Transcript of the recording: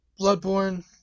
Bloodborne